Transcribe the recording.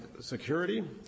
Security